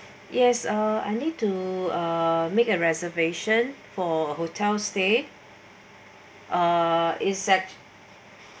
yes uh I need to make uh reservation for hotel stay uh is that